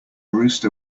rooster